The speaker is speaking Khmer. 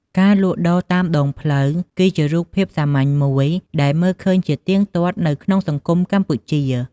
ការលក់ដូរតាមដងផ្លូវ គឺជារូបភាពសាមញ្ញមួយដែលមើលឃើញជាទៀងទាត់នៅក្នុងសង្គមកម្ពុជា។